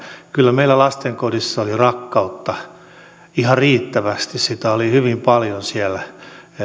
kyllä meillä lastenkodissa oli rakkautta ihan riittävästi sitä oli hyvin paljon siellä